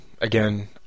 Again